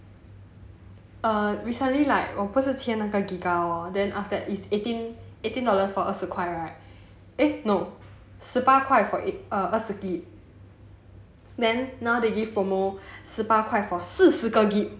err recently like 我不是签那个 giga lor then after that is eighteen eighteen dollars for 二十块 right eh no 十八块 for 二十 gig then now they give promo 十八块 for 四十个 gig